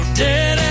dead